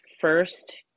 first